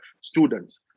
students